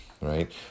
right